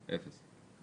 אפס.